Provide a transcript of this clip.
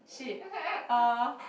shit uh